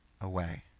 away